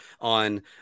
on